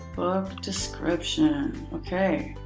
book description. okay.